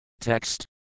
Text